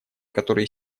которые